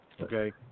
okay